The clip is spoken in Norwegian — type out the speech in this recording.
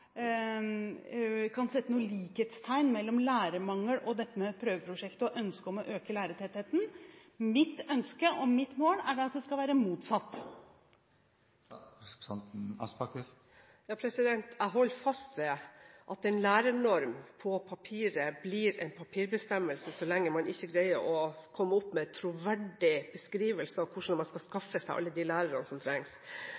kan sette noe likhetstegn mellom lærermangel og prøveprosjektet og ønsket om å øke lærertettheten. Mitt ønske og mitt mål er at det skal være motsatt. Jeg holder fast ved at en lærernorm blir en papirbestemmelse så lenge man ikke greier å komme opp med en troverdig beskrivelse av hvordan man skal